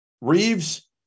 Reeves